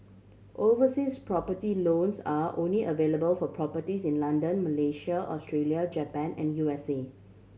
overseas property loans are only available for properties in London Malaysia Australia Japan and U S A